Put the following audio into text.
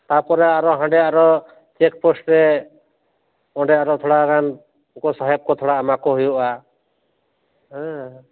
ᱛᱟᱯᱚᱨᱮ ᱟᱨᱚ ᱦᱟᱸᱰᱮ ᱟᱨᱚ ᱪᱮᱹᱠ ᱯᱳᱥᱴ ᱨᱮ ᱚᱸᱰᱮ ᱟᱨᱚ ᱛᱷᱚᱲᱟ ᱜᱟᱱ ᱩᱱᱠᱩ ᱥᱟᱦᱮᱵᱽ ᱠᱚ ᱛᱷᱚᱲᱟ ᱮᱢᱟ ᱠᱚ ᱦᱩᱭᱩᱜᱼᱟ